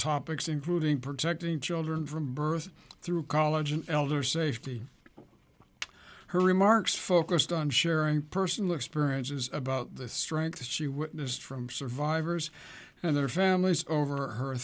topics including protecting children from birth through college and elder safety her remarks focused on sharing personal experiences about the strength she witnessed from survivors and their families over her